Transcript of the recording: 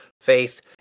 faith